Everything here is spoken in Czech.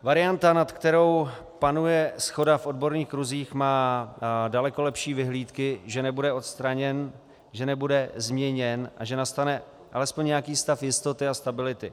Varianta, nad kterou panuje shoda v odborných kruzích, má daleko lepší vyhlídky, že nebude odstraněn, že nebude změněn a že nastane alespoň nějaký stav jistoty a stability.